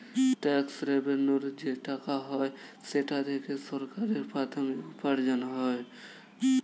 tax রেভেন্যুর যে টাকা হয় সেটা থেকে সরকারের প্রাথমিক উপার্জন হয়